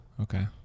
Okay